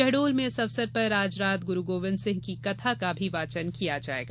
शहडोल में इस अवसर पर आज रात गुरू गोविंदसिंह की कथा का भी वाचन किया जायेगा